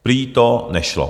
Prý to nešlo.